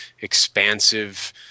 expansive